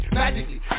magically